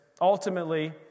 Ultimately